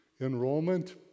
enrollment